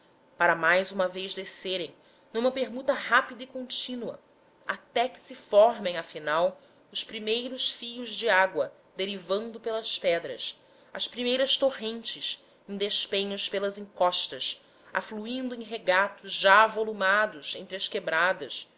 para mais uma vez descerem numa permuta rápida e contínua até que se formem afinal os primeiros fios de água derivando pelas pedras as primeiras torrentes em despenhos pelas encostas afluindo em regatos já avolumados entre as quebradas